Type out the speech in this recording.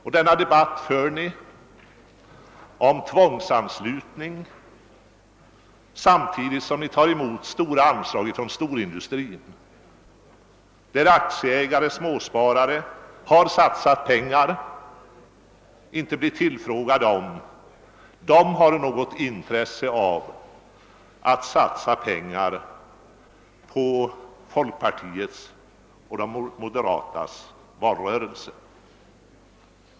Och ni för denna debatt om tvångsanslutning samtidigt som ni tar emot betydande anslag från storindustrin, där aktieägare — kanske småsparare — har satsat pengar men inte blir tillfrågade om de har något intresse av att dessa pengar går till folkpartiets och de moderatas valrörelse.